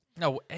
No